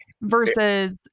versus